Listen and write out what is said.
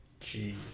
Jeez